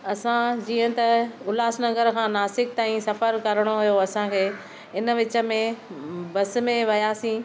असां जीअं त उल्हासनगर खां नासिक ताईं सफ़रु करणो हुयो असां खे इन विच में बस में वयासीं